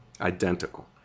identical